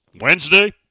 Wednesday